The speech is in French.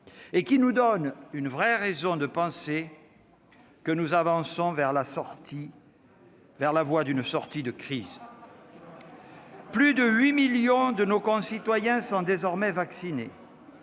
jours, nous donnant une vraie raison de penser que nous avançons sur la voie d'une sortie de crise. Plus de 8 millions de nos concitoyens sont désormais vaccinés,